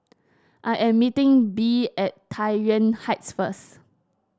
I am meeting Bee at Tai Yuan Heights first